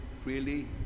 freely